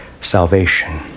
salvation